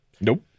Nope